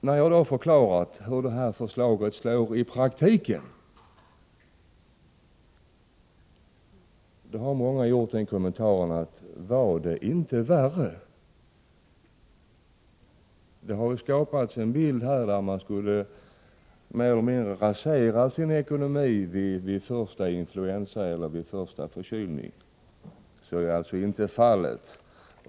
När jag har förklarat hur vårt förslag slår i praktiken, har många gjort den här kommentaren: Var det inte värre. Det har skapats en bild av att man mer eller mindre skulle få sin ekonomi raserad vid första influensa eller förkylning. Så är alltså inte fallet.